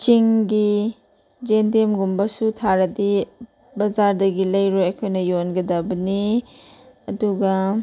ꯆꯤꯡꯒꯤ ꯌꯦꯟꯗꯦꯝꯒꯨꯝꯕꯁꯨ ꯊꯥꯔꯗꯤ ꯕꯖꯥꯔꯗꯒꯤ ꯂꯩꯔꯣꯏ ꯑꯩꯈꯣꯏꯅ ꯌꯣꯟꯒꯗꯕꯅꯤ ꯑꯗꯨꯒ